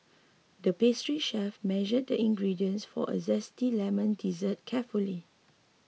the pastry chef measured the ingredients for a Zesty Lemon Dessert carefully